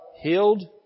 healed